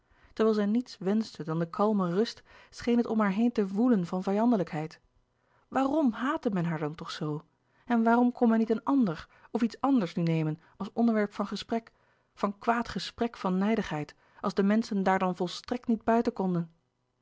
terwijl zij niets wenschte dan de kalme rust scheen het om haar heen te woelen van vijandelijkheid waarom haatte men louis couperus de boeken der kleine zielen haar dan toch zoo en waarom kon men niet een ander of iets anders nu nemen als onderwerp van gesprek van kwaad gesprek van nijdigheid als de menschen daar dan volstrekt niet buiten konden